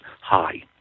high